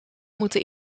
moeten